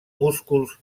músculs